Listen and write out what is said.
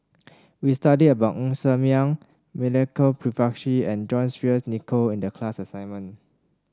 we studied about Ng Ser Miang Milenko Prvacki and John Fearns Nicoll in the class assignment